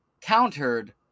countered